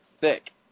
thick